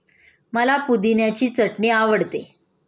मला पुदिन्याची चटणी आवडते